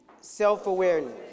Self-awareness